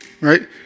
right